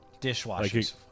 Dishwashers